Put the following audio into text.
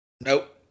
Nope